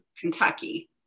Kentucky